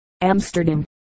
Amsterdam